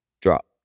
drop